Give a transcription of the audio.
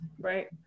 right